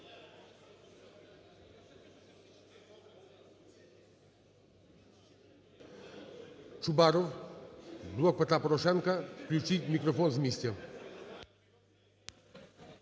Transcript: Чубаров, "Блок Петра Порошенка". Включіть мікрофон з місця.